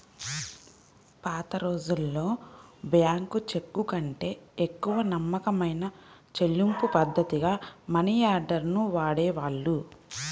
పాతరోజుల్లో బ్యేంకు చెక్కుకంటే ఎక్కువ నమ్మకమైన చెల్లింపుపద్ధతిగా మనియార్డర్ ని వాడేవాళ్ళు